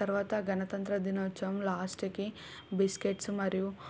తరువాత గణతంత్ర దినోత్సవం లాస్ట్కి బిస్కెట్స్ మరియు